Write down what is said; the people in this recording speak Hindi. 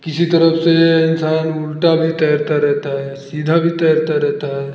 किसी तरफ से इंसान उल्टा भी तैरता रहता है सीधा भी तैरता रहता है